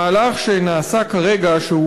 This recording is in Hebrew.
המהלך שנעשה כרגע,